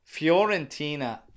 Fiorentina